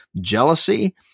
jealousy